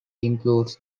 includes